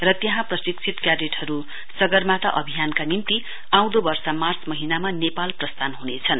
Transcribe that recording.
र त्यहाँ प्रशिक्षित क्याडेटहरु सगरमाथा अभियान का निम्ति आँउदो वर्ष माँच महीनामा नेपाल प्रस्थान ह्नेछन्